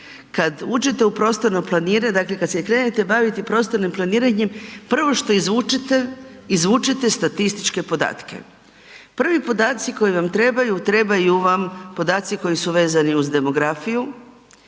Kad uđete u prostorno planiranje, dakle kad se krenete baviti prostornim planiranjem, prvo što izvučete, izvučete statističke podatke. Prvi podaci koji vam trebaju, trebaju vam podaci koji su vezani uz demografiju,